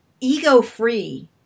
ego-free